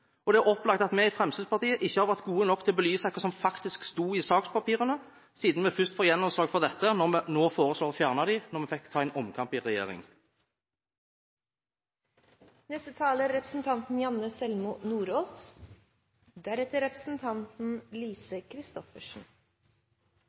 Det er opplagt at vi i Fremskrittspartiet ikke har vært gode nok til å belyse hva som faktisk sto i sakspapirene, siden vi først får gjennomslag for dette når vi nå foreslår å fjerne dem, når vi fikk ta en omkamp i regjering.